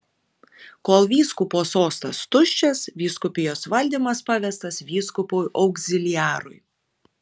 kol vyskupo sostas tuščias vyskupijos valdymas pavestas vyskupui augziliarui